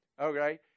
Okay